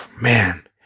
man